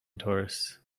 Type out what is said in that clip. tourists